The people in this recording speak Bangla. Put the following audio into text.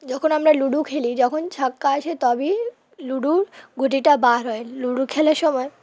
যখন আমরা লুডু খেলি যখন ছাক্কা আছে তবেই লুডুর গুটিটা বার হয় লুডু খেলার সময়